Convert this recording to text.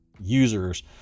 users